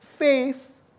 faith